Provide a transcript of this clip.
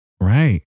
Right